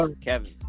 Kevin